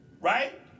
right